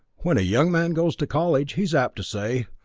when a young man goes to college, he is apt to say,